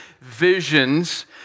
visions